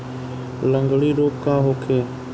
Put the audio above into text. लगंड़ी रोग का होखे?